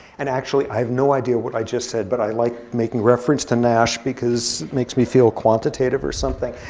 and actually, i have no idea what i just said. but i like making reference to nash, because it makes me feel quantitative or something.